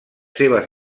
seves